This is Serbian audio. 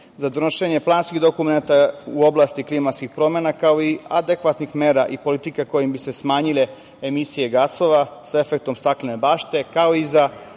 Za donošenje planskih dokumenata u oblasti klimatskih promena, kao i adekvatnih mera i politika kojim bi se smanjile emisije gasova sa efektom staklene bašte, kao i za